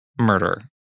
murder